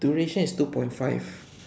duration is two point five